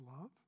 love